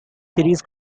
series